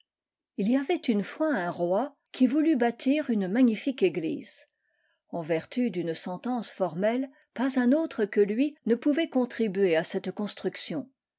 il y avait une fois un roi qui voulut bâtir une magnifique église en vertu d'une sentence formelle pas un autre que lui ne pouvait contribuer à cette construction